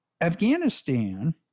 Afghanistan